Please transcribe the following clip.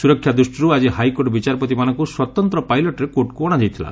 ସ୍ବରକ୍ଷା ଦୂଷ୍ଟିରୁ ଆକି ହାଇକୋର୍ଟ ବିଚାରପତିମାନଙ୍ଙୁ ସ୍ୱତନ୍ତ ପାଇଲଟ୍ରେ କୋର୍ଟକୁ ଅଶାଯାଇଥିଲା